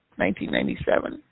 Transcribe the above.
1997